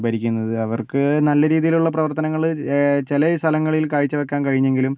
ഭരിക്കുന്നത് അവർക്ക് നല്ല രീതിയിലുള്ള പ്രവർത്തനങ്ങൾ ചില സ്ഥലങ്ങളിൽ കാഴ്ച വയ്ക്കാൻ കഴിഞ്ഞെങ്കിലും